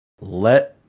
Let